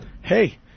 hey